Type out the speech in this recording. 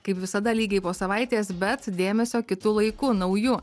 kaip visada lygiai po savaitės bet dėmesio kitu laiku nauju